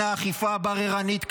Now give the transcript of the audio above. לכן האכיפה הבררנית כלפיו,